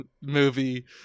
movie